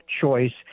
choice